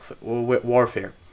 warfare